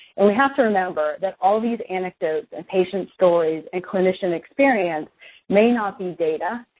and we have to remember that all of these anecdotes and patient stories and clinician experience may not be data.